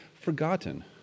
forgotten